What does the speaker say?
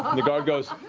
um the guard goes